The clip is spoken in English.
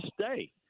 stay